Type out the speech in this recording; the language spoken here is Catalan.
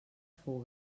fou